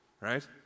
right